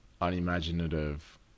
unimaginative